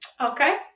Okay